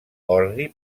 ordi